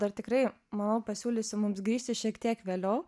dar tikrai manau pasiūlysi mums grįžti šiek tiek vėliau